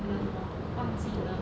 I don't know 忘记了